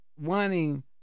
wanting